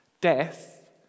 Death